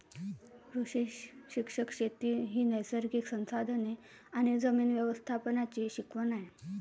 कृषी शिक्षण शेती ही नैसर्गिक संसाधने आणि जमीन व्यवस्थापनाची शिकवण आहे